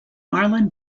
marlon